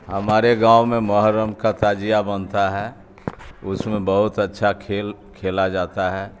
ہمارے گاؤں میں محرم کا تازیہ بنتا ہے اس میں بہت اچھا کھیل کھیلا جاتا ہے